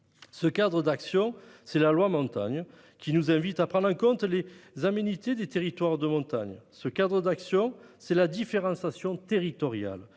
de la montagne, dite Montagne, qui nous invite à prendre en compte les aménités des territoires montagneux. Ce cadre d'action, c'est la différenciation territoriale.